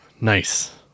Nice